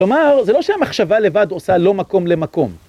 כלומר, זה לא שהמחשבה לבד עושה לא מקום למקום.